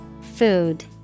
Food